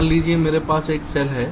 मान लीजिए मेरे पास एक सेल है